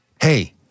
Hey